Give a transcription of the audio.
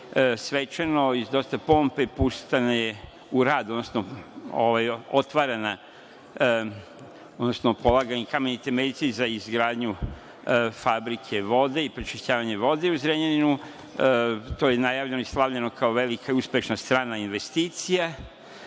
svečano, uz dosta pompe puštena je u rad, odnosno otvarana, odnosno polagan je kamen temeljac za izgradnju fabrike vode i prečišćavanje vode u Zrenjaninu. To je najavljeno i slavljeno kao velika i uspešna strana investicija.